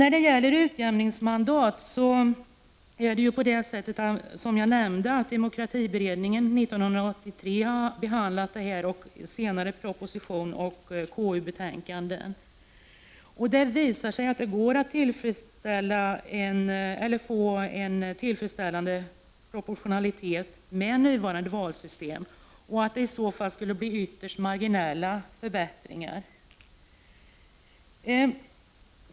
Frågan om utjämningsmandat har, som jag nämnt, behandlats av demokratiutredningen 1983 och senare i proposition och KU-betänkande. Det har visat sig att det går att få en tillfredsställande proportionalitet med nuvarande valsystem och att det med utjämningsmandat skulle bli ytterst marginella förbättringar.